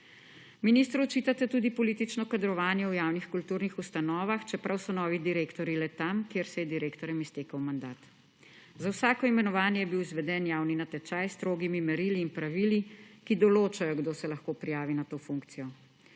Ministru očitate tudi politično kadrovanje v javnih kulturnih ustanovah, čeprav so novi direktorji le tam, kjer se je direktorjem iztekel mandat. Za vsako imenovanje je bil izveden javni natečaj s strogimi merili in pravili, ki določajo, kdo se lahko prijavi na to funkcijo.